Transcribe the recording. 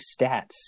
stats